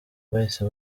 bahise